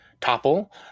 topple